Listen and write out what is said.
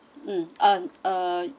mm um uh